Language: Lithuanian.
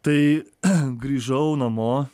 tai grįžau namo